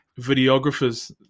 videographers